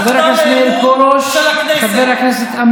חבר הכנסת שלמה, תודה.